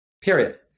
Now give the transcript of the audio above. Period